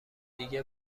دیگه